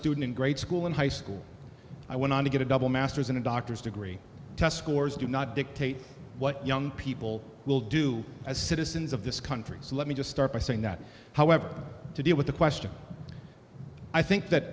student grade school in high school i went on to get a double masters in a doctor's degree test scores do not dictate what young people will do as citizens of this country so let me just start by saying that however to deal with the question i think that